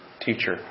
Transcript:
teacher